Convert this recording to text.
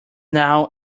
now